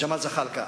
ג'מאל זחאלקה,